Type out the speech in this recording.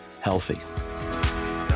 healthy